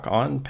on